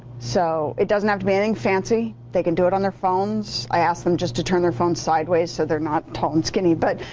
so it doesn't have to be anything fancy. they can do it on their phones. i ask them just to turn their phones sideways so they're not tall and skinny. but